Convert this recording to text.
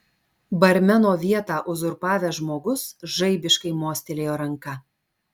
barmeno vietą uzurpavęs žmogus žaibiškai mostelėjo ranka